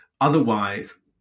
otherwise